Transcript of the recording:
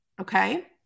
Okay